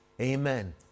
Amen